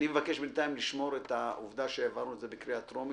אני מבקש בינתיים לשמור בשק את העובדה שהעברנו את זה בקריאה ראשונה,